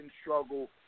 struggle